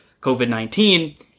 COVID-19